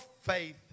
faith